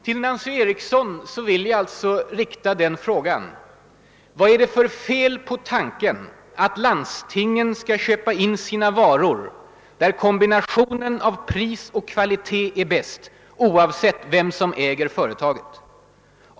Till Nancy Eriksson vill jag alltså rikta frågan: Vad är det för fel på tanken att landstingen skall köpa in sina varor där kombinationen av pris och kvalitet är bäst, oavsett vem som äger företaget?